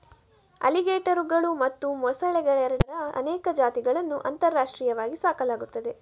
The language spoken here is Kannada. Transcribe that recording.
ಅಲಿಗೇಟರುಗಳು ಮತ್ತು ಮೊಸಳೆಗಳೆರಡರ ಅನೇಕ ಜಾತಿಗಳನ್ನು ಅಂತಾರಾಷ್ಟ್ರೀಯವಾಗಿ ಸಾಕಲಾಗುತ್ತದೆ